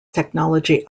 technology